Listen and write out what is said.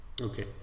Okay